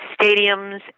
stadiums